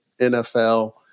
NFL